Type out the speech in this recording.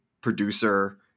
producer